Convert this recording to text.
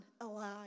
alive